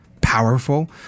powerful